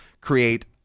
create